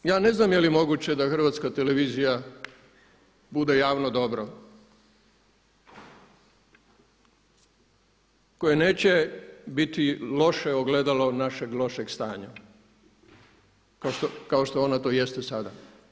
I na kraju, ja ne znam je li moguće da HRT bude javno dobro koje neće biti loše ogledalo našeg lošeg stanja kao što ona to jeste sada.